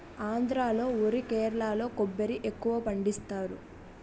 ఆంధ్రా లో వరి కేరళలో కొబ్బరి ఎక్కువపండిస్తారు